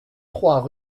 trois